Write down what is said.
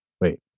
Wait